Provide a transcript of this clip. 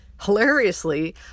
Hilariously